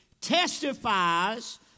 testifies